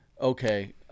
okay